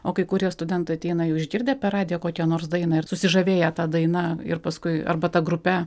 o kai kurie studentai ateina jau išgirdę per radiją kokią nors dainą ir susižavėję ta daina ir paskui arba ta grupe